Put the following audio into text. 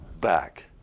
back